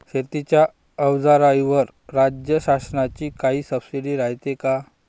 शेतीच्या अवजाराईवर राज्य शासनाची काई सबसीडी रायते का?